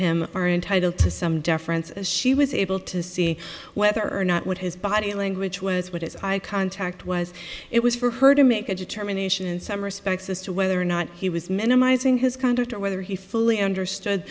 him are entitled to some deference as she was able to see whether or not what his body language was what his eye contact was it was for her to make a determination in some respects as to whether or not he was minimizing his conduct or whether he fully understood